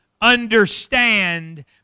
understand